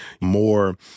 more